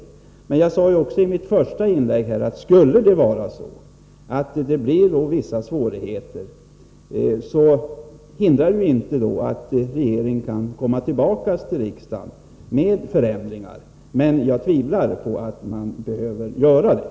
Om det blir vissa svårigheter är det, som jag sade i mitt första inlägg, inget som hindrar att regeringen kommer tillbaka till riksdagen med förslag till förändringar. Jag tvivlar dock på att regeringen behöver göra det.